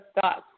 thoughts